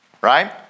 right